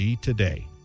today